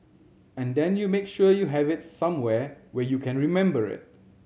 and then you make sure you have it somewhere where you can remember it